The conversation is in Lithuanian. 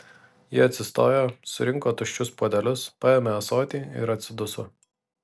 ji atsistojo surinko tuščius puodelius paėmė ąsotį ir atsiduso